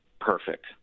perfect